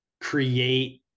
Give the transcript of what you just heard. create